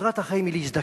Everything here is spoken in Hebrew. מטרת החיים היא להזדקן.